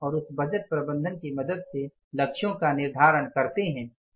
और उस बजट प्रबंधन की मदद से लक्ष्यों का निर्धारण करते है सही है